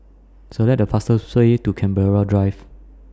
Select The fastest Way to Canberra Drive